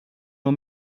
nur